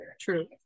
true